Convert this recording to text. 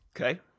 Okay